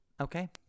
Okay